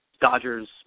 Dodgers